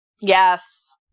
Yes